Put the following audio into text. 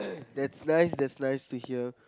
that's nice that's nice to hear